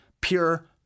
pure